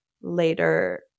later